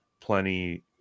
plenty –